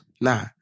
Nah